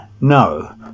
No